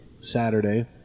Saturday